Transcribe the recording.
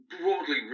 broadly